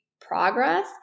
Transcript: progress